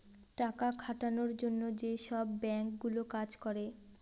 টাকা খাটানোর জন্য যেসব বাঙ্ক গুলো কাজ করে